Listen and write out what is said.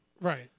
Right